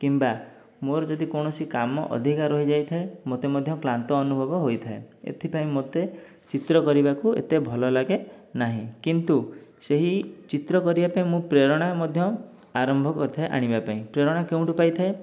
କିମ୍ବା ମୋର ଯଦି କୌଣସି କାମ ଅଧିକା ରହିଯାଇଥାଏ ମୋତେ ମଧ୍ୟ କ୍ଳାନ୍ତ ଅନୁଭବ ହୋଇଥାଏ ଏଥିପାଇଁ ମୋତେ ଚିତ୍ର କରିବାକୁ ଏତେ ଭଲଲାଗେ ନାହିଁ କିନ୍ତୁ ସେହି ଚିତ୍ର କରିବାପାଇଁ ମୁଁ ପ୍ରେରଣା ମଧ୍ୟ ଆରମ୍ଭ କରିଥାଏ ଆଣିବାପାଇଁ ପ୍ରେରଣା କେଉଁଠୁ ପାଇଥାଏ